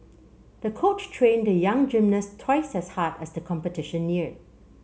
the coach trained the young gymnast twice as hard as the competition neared